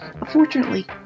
Unfortunately